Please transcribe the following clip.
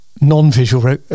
non-visual